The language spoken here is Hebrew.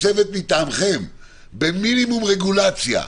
במינימום רגולציה,